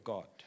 God